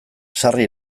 sarri